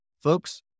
folks